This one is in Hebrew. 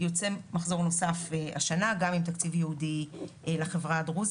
יוצא מחזור נוסף השנה גם עם תקציב ייעודי לחברה הדרוזית.